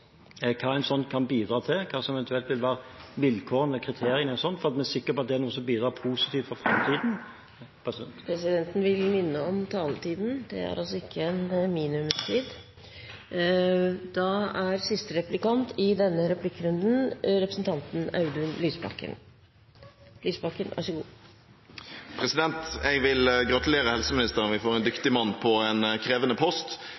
hva en sånn kan bidra til, hva som eventuelt vil være vilkårene og kriteriene og sånt , slik at vi er sikre på at det er noe som bidrar positivt for framtiden. Presidenten vil minne om taletiden. Det er altså ikke en minimumstid. Jeg vil gratulere helseministeren. Vi får en dyktig mann på en krevende post. Bent Høie har en evne til å resonnere og argumentere prinsipielt, som jeg